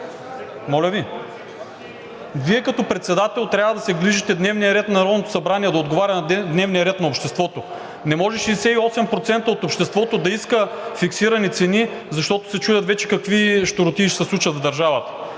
моля Ви! Вие като председател трябва да се грижите дневният ред на Народното събрание да отговаря на дневния ред на обществото. Не може 68% от обществото да иска фиксирани цени, защото се чудят вече какви щуротии се случат в държавата.